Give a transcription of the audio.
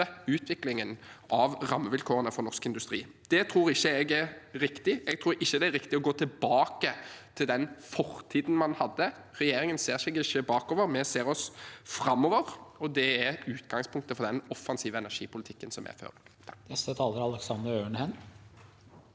utviklingen av rammevilkårene for norsk industri. Det tror ikke jeg er riktig. Jeg tror ikke det er riktig å gå tilbake til fortiden. Regjeringen ser seg ikke bakover, vi ser framover, og det er utgangspunktet for den offensive energipolitikken vi fører. Aleksander Øren